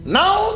now